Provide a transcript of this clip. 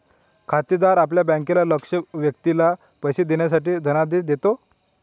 खातेदार आपल्या बँकेला लक्ष्य व्यक्तीला पैसे देण्यासाठी धनादेश देतो